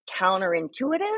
counterintuitive